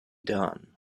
done